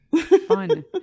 Fun